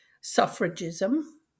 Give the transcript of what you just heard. suffragism